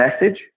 message